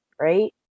right